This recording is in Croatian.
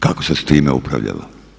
Kako se s time upravljalo?